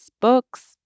books